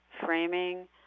framing